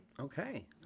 okay